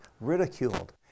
ridiculed